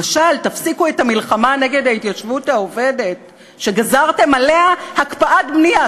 למשל: תפסיקו את המלחמה נגד ההתיישבות העובדת שגזרתם עליה הקפאת בנייה.